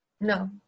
No